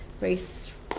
race